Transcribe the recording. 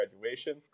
graduation